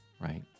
right